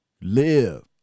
Live